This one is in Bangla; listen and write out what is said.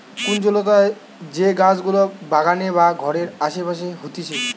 কুঞ্জলতা যে গাছ গুলা বাগানে বা ঘরের আসে পাশে হতিছে